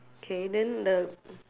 K then the